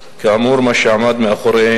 תשומת לב מיוחדת